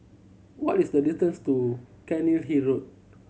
what is the distance to Cairnhill Road